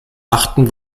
achten